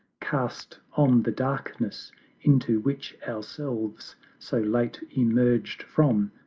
cast on the darkness into which ourselves, so late emerged from,